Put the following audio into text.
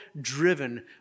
driven